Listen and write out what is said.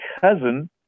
cousin